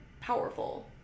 powerful